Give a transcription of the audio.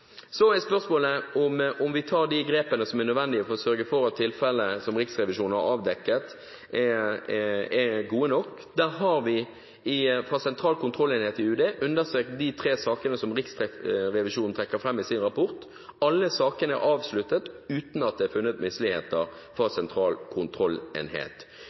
nødvendige for å sørge for at tilfellene som Riksrevisjonen har avdekket, er gode nok. Sentral kontrollenhet i UD har undersøkt de tre sakene som Riksrevisjonen trekker fram i sin rapport. Alle sakene er avsluttet uten at Sentral kontrollenhet har funnet misligheter.